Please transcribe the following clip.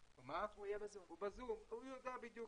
הוא יודע בדיוק,